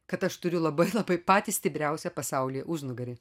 kad aš turiu labai labai patį stipriausią pasaulyje užnugarį